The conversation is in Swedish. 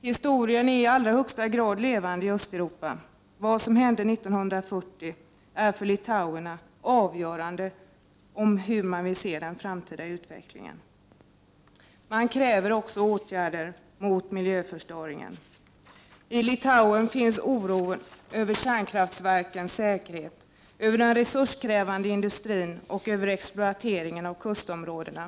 Historien är i allra högsta grad levande i Östeuropa. Det som hände 1940 är för litauerna avgörande för hur de vill se den framtida utvecklingen. Man kräver åtgärder mot miljöförstöringen. I Litauen finns oro över kärnkraftverkens säkerhet, över den resurskrävande industrin och över exploateringen av kustområdena.